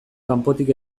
kanpotik